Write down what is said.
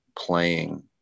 playing